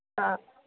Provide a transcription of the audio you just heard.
हाँ